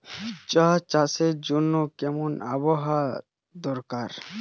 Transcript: চা চাষের জন্য কেমন আবহাওয়া দরকার?